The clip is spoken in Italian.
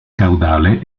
caudale